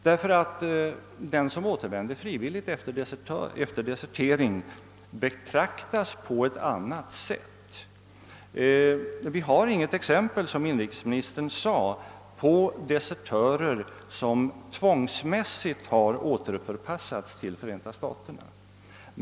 Den som efter desertering återvänder frivilligt betraktas nämligen på ett annat sätt än de som inte gör det. Vi har, som inrikesministern sade, inget exempel på desertörer som tvångmässigt har återförpassats till Förenta staterna.